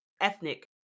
ethnic